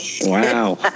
Wow